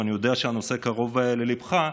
ואני יודע שהנושא קרוב לליבך,